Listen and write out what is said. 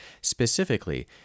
Specifically